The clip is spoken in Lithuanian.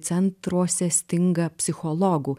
centruose stinga psichologų